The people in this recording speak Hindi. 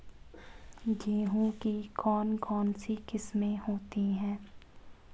गेहूँ की कौन कौनसी किस्में होती है?